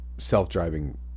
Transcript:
self-driving